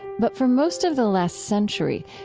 but for most of the last century,